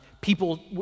people